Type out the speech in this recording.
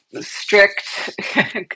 strict